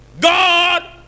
God